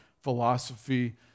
philosophy